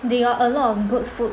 they got a lot of good food